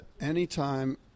anytime